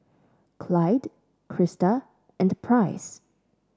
Clide Krista and Price